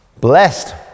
blessed